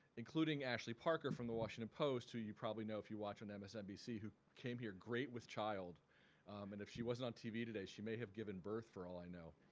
including ashley parker from the washington post who you probably know if you watch and and msnbc who came here great with child and if she wasn't on tv today she may have given birth for all i know.